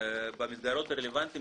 במסגרות הרלוונטיות,